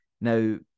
Now